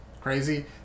crazy